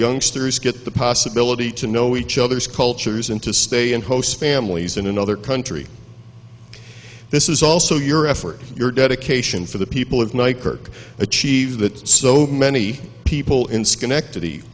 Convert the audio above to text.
youngsters get the possibility to know each other's cultures and to stay and host families in another country this is also your effort your dedication for the people of ny kirk achieve that so many people in schenectady